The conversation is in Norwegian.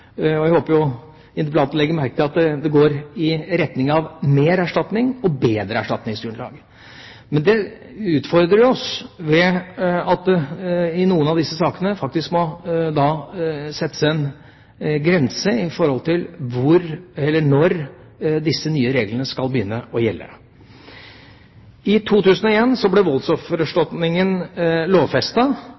og jeg håper jo interpellanten legger merke til at det går i retning av mer erstatning og bedre erstatningsgrunnlag. Men det utfordrer oss ved at det i noen av disse sakene faktisk må settes en grense for når disse nye reglene skal begynne å gjelde. I 2001 ble